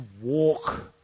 walk